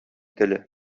теле